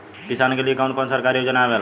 किसान के लिए कवन कवन सरकारी योजना आवेला?